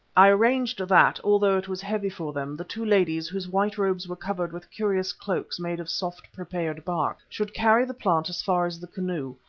i arranged that, although it was heavy for them, the two ladies, whose white robes were covered with curious cloaks made of soft prepared bark, should carry the plant as far as the canoe,